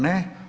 Ne.